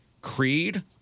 Creed